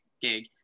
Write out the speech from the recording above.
gig